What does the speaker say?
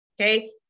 okay